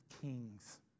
kings